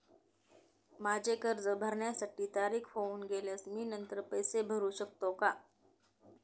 माझे कर्ज भरण्याची तारीख होऊन गेल्यास मी नंतर पैसे भरू शकतो का?